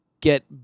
get